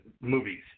movies